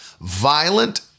Violent